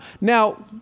now